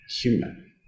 human